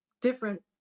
different